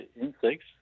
insects